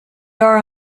are